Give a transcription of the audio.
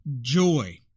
joy